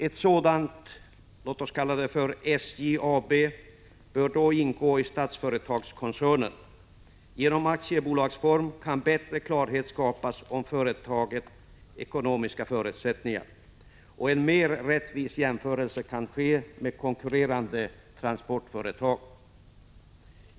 Ett sådant ”SJ AB” bör ingå i Statsföretagskoncernen. Genom aktiebolagsformen kan bättre klarhet skapas om företagets ekonomiska förutsättningar, och en mer rättvis jämförelse kan ske med konkurrerande transportföretag.